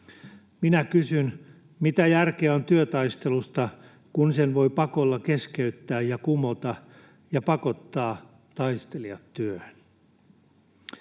Minä kysyn: mitä järkeä on työtaistelussa, kun sen voi pakolla keskeyttää ja kumota ja pakottaa taistelijat työhön?